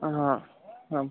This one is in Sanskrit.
अ हा आम्